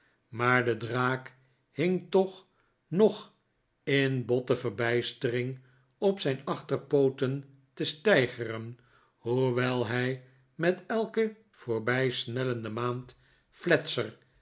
maar de draak hing toch nog in botte verbijstering p zijn achterpooten te steigeren hoewel hij met elke voorbijsnellende maand fletser